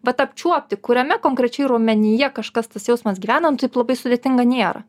vat apčiuopti kuriame konkrečiai raumenyje kažkas tas jausmas gyvena nu taip labai sudėtinga nėra